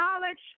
knowledge